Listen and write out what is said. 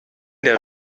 der